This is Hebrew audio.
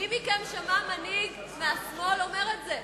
מי מכם שמע מנהיג מהשמאל אומר את זה?